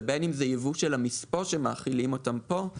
ובין אם זה יבוא של המספוא שמאכילים אותם פה.